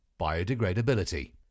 biodegradability